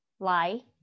lie